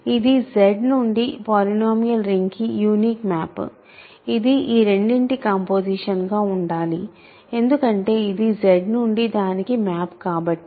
ఇది Z నుండి polynomial ring కి యునీక్ మ్యాప్ ఇది ఈ రెండింటి కంపోసిషన్ గా ఉండాలి ఎందుకంటే ఇది Z నుండి దానికి మ్యాప్ కాబట్టి